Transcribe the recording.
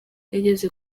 nigeze